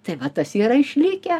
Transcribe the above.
tai va tas yra išlikę